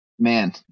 Man